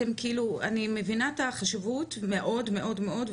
אני מבינה את החשיבות מאוד מאוד מאוד,